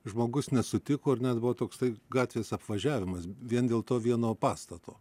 žmogus nesutiko ir net buvo toks tai gatvės apvažiavimas vien dėl to vieno pastato